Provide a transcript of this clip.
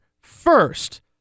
first